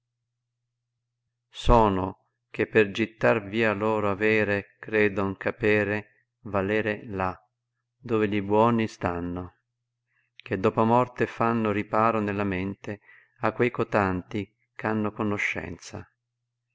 sono che per gittar via loro arere gredon capere valere là dove gli buoni stanno che dopo morte fanno riparo nella mente a quei cotanti c hanno conoscenza